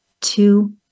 two